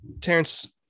Terrence